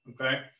Okay